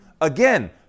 Again